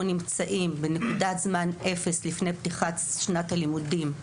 נמצאים בנקודת זמן אפס של לפני פתיחת שנת הלימודים,